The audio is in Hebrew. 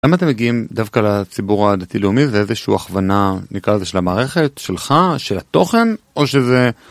למה אתם מגיעים דווקא לציבור הדתי-לאומי, זה איזשהו הכוונה, נקרא לזה, של המערכת, שלך, של התוכן, או שזה...